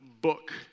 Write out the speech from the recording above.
book